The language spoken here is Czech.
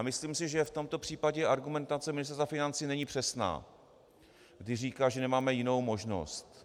Myslím si, že v tomto případě argumentace Ministerstva financí není přesná, když říká, že nemáme jinou možnost.